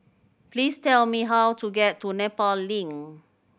please tell me how to get to Nepal Link